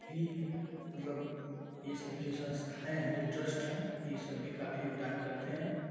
भी मतलब यह सभी जो संस्थाएँ हैं जो ट्रस्ट हैं यह सब भी काफ़ी योगदान करते हैं